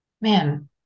man